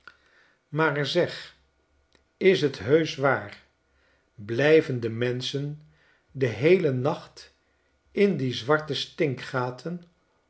maar zeg is t heusch waar blijvende menschen den heelen nacht in die zwarte stinkgaten